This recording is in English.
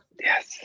Yes